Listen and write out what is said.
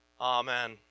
Amen